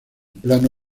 plano